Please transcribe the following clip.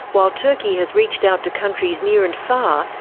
while turkey has reached out to countries near and far,